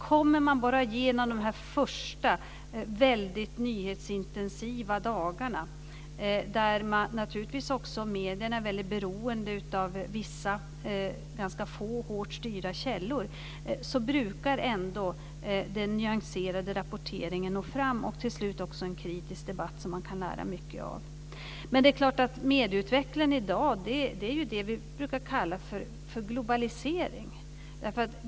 Kommer man bara igenom de första mycket nyhetsintensiva dagarna, där medierna är väldigt beroende av vissa ganska få hårt styrda källor, brukar ändå den nyanserade rapporteringen nå fram och till slut också leda till en kritisk debatt som man kan lära mycket av. Medieutvecklingen i dag är det vi brukar kalla för globalisering.